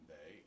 Day